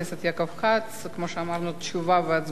כמו שאמרנו, תשובה והצבעה במועד אחר.